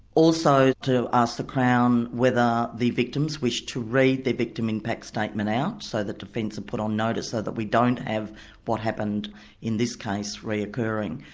also to ask the crown whether the victims wish to read their victim impact statement out so the defence are put on notice so that we don't have what happened in this case re-occurring.